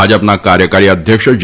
ભાજપના કાર્યકારી અધ્યક્ષ જે